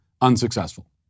unsuccessful